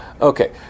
Okay